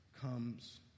comes